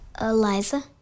Eliza